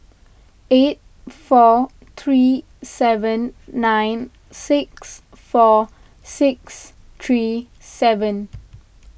eight four three seven nine six four six three seven